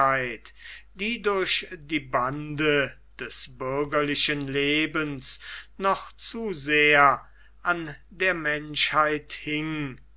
die durch die bande des bürgerlichen lebens noch zu sehr an der menschheit hing